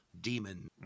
demon